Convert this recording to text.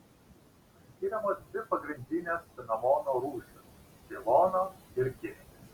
skiriamos dvi pagrindinės cinamono rūšys ceilono ir kininis